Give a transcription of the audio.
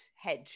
hedge